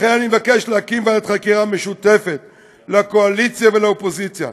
לכן אני מבקש להקים ועדת חקירה משותפת לקואליציה ולאופוזיציה,